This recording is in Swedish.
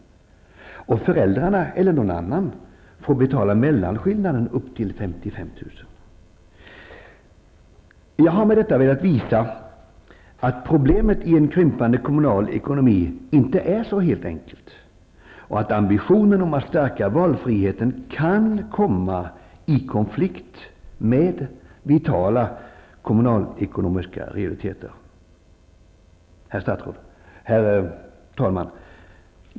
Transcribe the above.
och att föräldrarna, eller någon annan, får betala mellanskillnaden upp till Jag har med detta velat visa att problemet i en krympande kommunal ekonomi inte är så enkelt. Ambitionen om att stärka valfriheten kan komma i konflikt med vitala kommunalekonomiska realiteter. Herr talman!